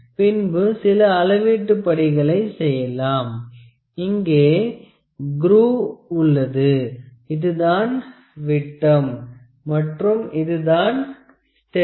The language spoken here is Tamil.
பின்பு சில அளவீட்டு படிகளை செய்யலாம் இங்கே க்ரூவ் உள்ளது இதுதான் விட்டம் மற்றும் இது தான் ஸ்டெப்